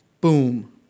boom